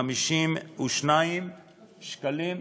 ו-252,000 שקלים.